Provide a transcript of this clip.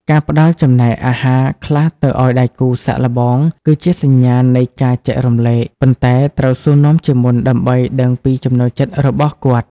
ការផ្ដល់ចំណែកអាហារខ្លះទៅឱ្យដៃគូសាកល្បង គឺជាសញ្ញានៃការចែករំលែក ប៉ុន្តែត្រូវសួរនាំជាមុនដើម្បីដឹងពីចំណូលចិត្តរបស់គាត់។